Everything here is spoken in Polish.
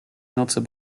nocy